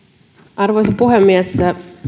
arvoisa puhemies